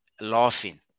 laughing